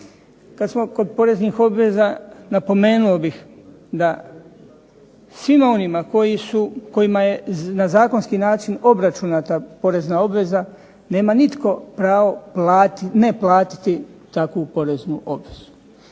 Kad smo kod poreznih obveza napomenuo bih da svim onima kojima je na zakonski način obračunata porezna obveza nema nitko pravo neplatiti takvu poreznu obvezu